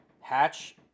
Hatch